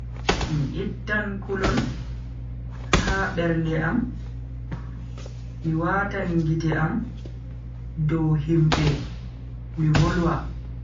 Mi ittan kulol ha bernde am, mi watan gite am dow himbe mi volwa.